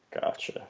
Gotcha